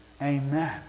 Amen